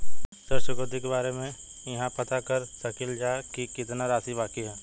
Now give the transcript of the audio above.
ऋण चुकौती के बारे इहाँ पर पता कर सकीला जा कि कितना राशि बाकी हैं?